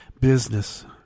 Business